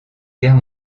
guerre